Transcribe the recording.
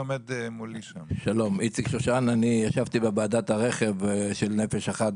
אני ישבתי בוועדת הרכב של 'נפש אחת',